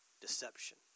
deception